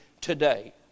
today